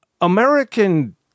American